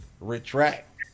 retract